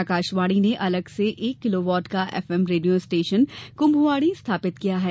आकाशवाणी ने अलग से एक किलोवाट का एफएम रेडियो स्टेशन कुम्भवाणी स्थापित किया है